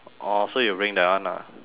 orh so you'll bring that one ah